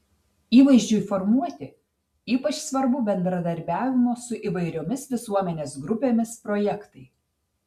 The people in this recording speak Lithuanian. įvaizdžiui formuoti ypač svarbu bendradarbiavimo su įvairiomis visuomenės grupėmis projektai